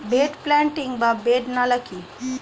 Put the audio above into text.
Bed planting বা bed নালা কি?